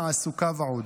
תעסוקה ועוד,